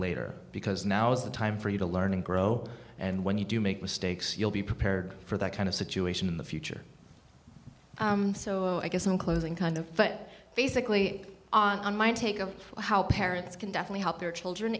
later because now is the time for you to learn and grow and when you do make mistakes you'll be prepared for that kind of situation in the future so i guess i'm closing kind of but basically on my take of how parents can definitely help their children